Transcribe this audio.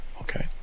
okay